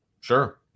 Sure